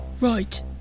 right